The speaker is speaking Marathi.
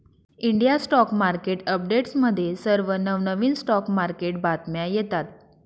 इंडिया स्टॉक मार्केट अपडेट्समध्ये सर्व नवनवीन स्टॉक मार्केट बातम्या येतात